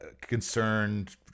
concerned